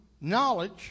knowledge